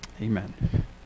Amen